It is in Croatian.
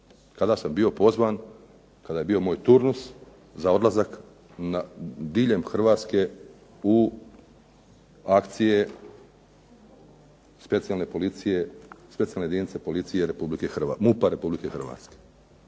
kada sam bio pozvan kada je bio moj turnus za odlazak diljem Hrvatske u akcije Specijalne jedinice policije MUP-a Republike Hrvatske.